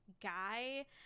guy